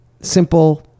simple